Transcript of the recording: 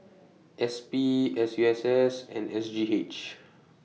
S P S U S S and S G H